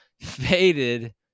faded